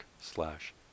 slash